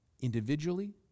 individually